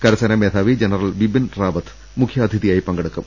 കരസേന മേധാ വി ജനറൽ ബിപിൻ റാവത്ത് മുഖ്യാഥിതിയായി പങ്കെടുക്കും